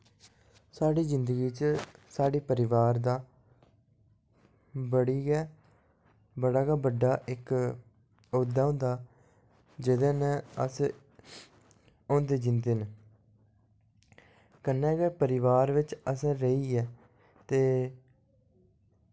साढ़ी जिंदगी च साढ़े परिवार दा बड़ी गै बड़ा गै बड्डा इक्क ओह्दा होंदा जेह्दे नै अस होंदे जींदे न कन्नै गै परिवार बिच असें बेहियै ते